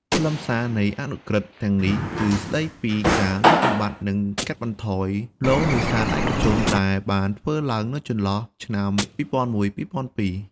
ខ្លឹមសារនៃអនុក្រឹត្យទាំងនេះ គឺស្តីពីការលុបបំបាត់ និងកាត់បន្ថយឡូតិ៍នេសាទឯកជន ដែលបានធ្វើឡើងនៅចន្លោះឆ្នាំ ២០០១-២០០២។